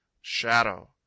shadow